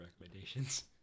recommendations